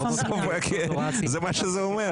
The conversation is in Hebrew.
כן, זה מה שזה אומר.